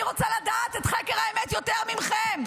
אני רוצה לדעת את חקר האמת יותר מכם.